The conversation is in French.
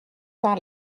par